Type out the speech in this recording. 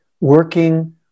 working